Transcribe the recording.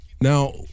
Now